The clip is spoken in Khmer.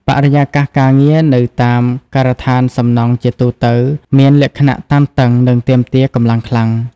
បរិយាកាសការងារនៅតាមការដ្ឋានសំណង់ជាទូទៅមានលក្ខណៈតានតឹងនិងទាមទារកម្លាំងខ្លាំង។